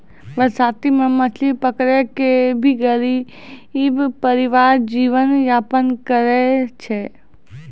बरसाती मॅ मछली पकड़ी कॅ भी गरीब परिवार जीवन यापन करै छै